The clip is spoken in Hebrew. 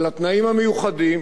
של התנאים המיוחדים,